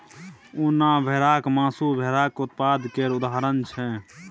उन आ भेराक मासु भेराक उत्पाद केर उदाहरण छै